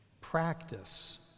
Practice